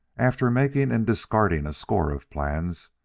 after making and discarding a score of plans,